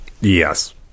Yes